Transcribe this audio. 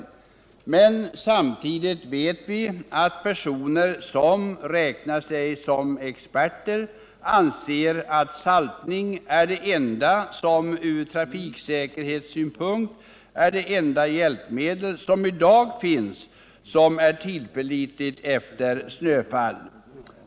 Men samtidigt vet vi att personer som räknar sig som experter anser att saltning är det enda hjälpmedel som i dag från trafiksäkerhetssynpunkt är tillförlitligt efter snöfall.